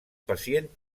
pacient